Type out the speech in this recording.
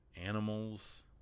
animals